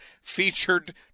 featured